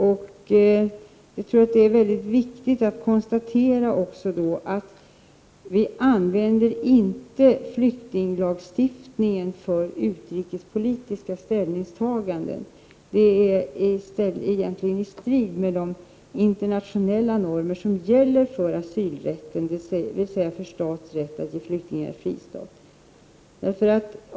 Det är mycket viktigt att konstatera att vi inte använder flyktinglagstiftningen för utrikespolitiska ställningstaganden. Det är egentligen i strid med de internationella normer som gäller för asylrätten, dvs. för stats rätt att ge flyktingar fristad.